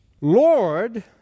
Lord